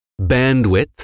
bandwidth